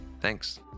Thanks